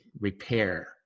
repair